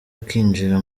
akinjira